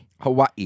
Hawaii